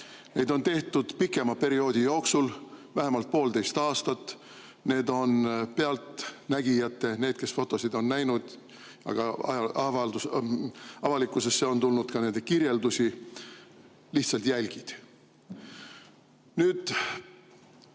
Neid on tehtud pikema perioodi jooksul, vähemalt poolteist aastat. Need on pealtnägijate [sõnul] – nende sõnul, kes fotosid on näinud, aga avalikkusesse on tulnud ka nende kirjeldusi – lihtsalt jälgid.